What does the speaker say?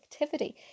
activity